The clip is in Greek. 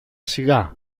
σιγά